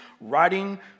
writing